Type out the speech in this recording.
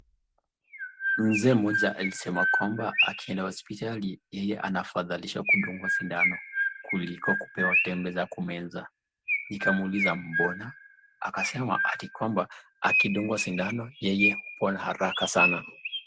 Mzee mmoja alisema kwamba akienda hosiptali yeye ana afathalisha kudungwa sindano kuliko kupewa tembe za kumeza. Nikamuuliza mbona? Akasema ati kwamba akidungwa sindano yeye hupona haraka sana.